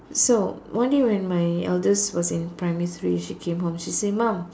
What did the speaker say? so one day when my eldest was in primary three she came home she said mum